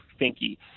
Finky